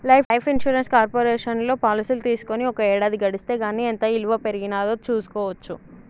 life insurance కార్పొరేషన్లో పాలసీలు తీసుకొని ఒక ఏడాది గడిస్తే గానీ ఎంత ఇలువ పెరిగినాదో చూస్కోవచ్చు